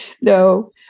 no